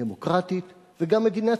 ברגע שמה שקורה בסוריה יקרה גם בירדן.